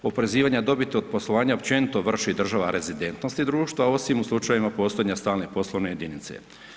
Oporezivanja dobiti od poslovanja općenito vrši država rezidentnosti društva, osim u slučajevima postojanja stalne poslovne jedinice.